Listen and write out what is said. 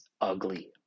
ugly